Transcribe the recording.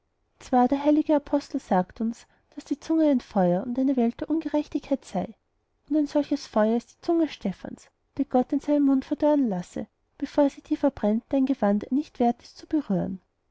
zwar der heilige apostel sagt uns daß die zunge ein feuer und eine welt von ungerechtigkeit sei und ein solches feuer ist die zunge stephans die gott in seinem munde verdorren lasse bevor sie die verbrennt deren gewand er nicht wert ist zu berühren